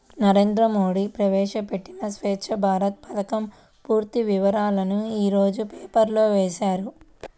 నరేంద్ర మోడీ ప్రవేశపెట్టిన స్వఛ్చ భారత్ పథకం పూర్తి వివరాలను యీ రోజు పేపర్లో వేశారు